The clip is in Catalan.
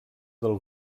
del